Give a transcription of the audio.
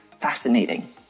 fascinating